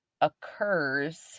occurs